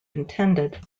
intended